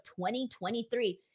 2023